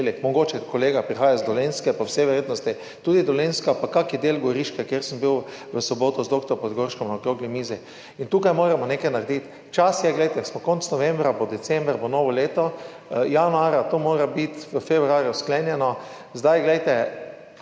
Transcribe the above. mogoče, kolega prihaja z Dolenjske, po vsej verjetnosti tudi Dolenjska pa kak del Goriške, kjer sem bil v soboto z dr. Podgorškom na okrogli mizi. In tukaj moramo nekaj narediti. Čas je, glejte, smo konec novembra, bo december, bo novo leto, januar, to mora biti v februarju sklenjeno. Proces